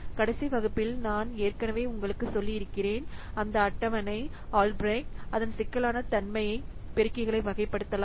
கடைசி வகுப்பில் நான் ஏற்கனவே உங்களுக்கு சொல்லி இருக்கிறேன் அந்த அட்டவணை ஆல்பிரெக்ட் அதன் சிக்கலான தன்மையை பெருக்கிகளை வகைப்படுத்தலாம்